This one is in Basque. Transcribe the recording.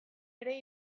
ere